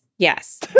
Yes